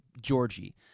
Georgie